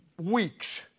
weeks